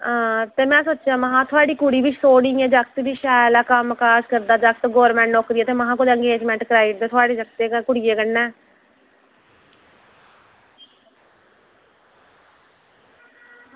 आं ते में सोचेआ कि थुआढ़ी कुड़ी बी सोह्नी ऐ जागत बी ते शैल कम्म काज करदा जागत गौरमेंट नौकरी ऐ ते में हां कुदै अंगेज़मेंट कराई ओड़दे थुआढ़ी ते कुड़ियै कन्नै